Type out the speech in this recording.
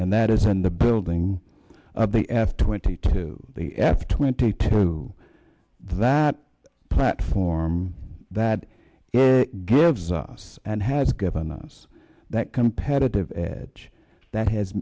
and that isn't the building of the f twenty two the f twenty two that platform that is gives us and has given us that competitive edge that has